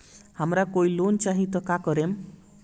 हमरा कोई लोन चाही त का करेम?